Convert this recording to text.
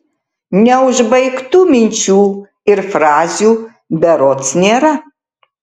neužbaigtų minčių ir frazių berods nėra